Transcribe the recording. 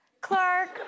Clark